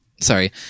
sorry